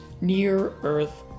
near-earth